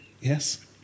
Yes